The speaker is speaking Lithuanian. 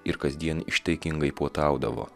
ir kasdien ištaigingai puotaudavo